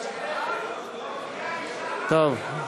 טוב.